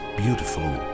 beautiful